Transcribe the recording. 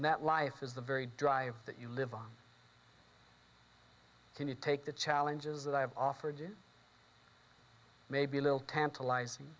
that life is the very drive that you live on can you take the challenges that i have offered you may be a little tantalizing